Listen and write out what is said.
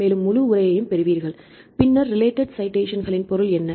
மேலும் முழு உரையையும் பெறுவீர்கள் பின்னர் ரிலேடட் சைடேசன்களின் பொருள் என்ன